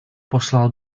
poslal